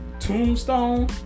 tombstone